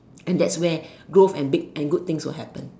and that's where growth and big and good things would happen